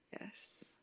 Yes